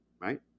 right